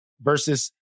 versus